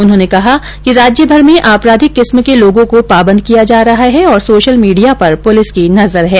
उन्होंने कहा कि राज्य भर में आपराधिक किस्म के लोगों को पाबंद किया जा रहा है तथा सोशल मीडिया पर पुलिस की नजर है